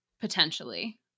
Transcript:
Potentially